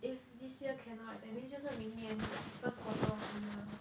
if this year cannot right that means 就是明年 first quarter of the year lor